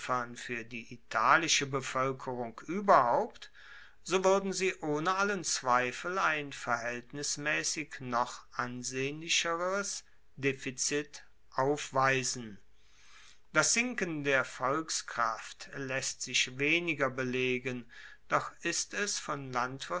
fuer die italische bevoelkerung ueberhaupt so wuerden sie ohne allen zweifel ein verhaeltnismaessig noch ansehnlicheres defizit aufweisen das sinken der volkskraft laesst sich weniger belegen doch ist es von